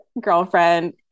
girlfriend